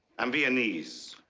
i'm viennese.